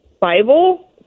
Bible